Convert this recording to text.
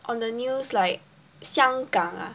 on the news like 香港啊